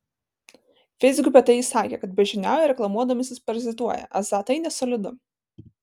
feisbuke apie tai jis sakė kad beždžioniauja ir reklamuodamasis parazituoja esą tai nesolidu